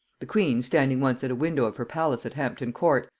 the queen, standing once at a window of her palace at hampton-court,